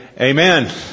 Amen